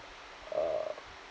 uh